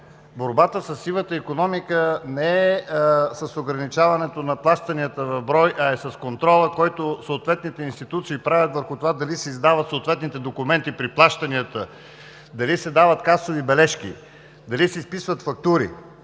Борбата със сивата икономика не е с ограничаването на плащанията в брой, а е с контрола, който съответните институции правят върху това дали се издават съответните документи при плащанията, дали се дават касови бележки, дали се изписват фактури.